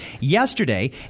yesterday